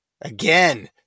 Again